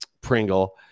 Pringle